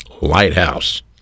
Lighthouse